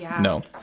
No